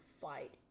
fight